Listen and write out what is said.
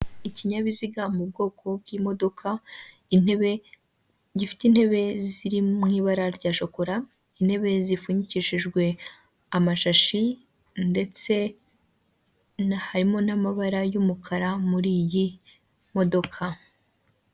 Umunara muremure w'umutuku n'umweru uriho ibikoresho byifashishwa mu itumanaho, wegeranye n'igiti cy'ibyuma by'amashanyarazi kiriho imigozi itwara amashanyarazi mu ngo z'abantu hakurya hari amazu asakaye.